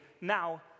now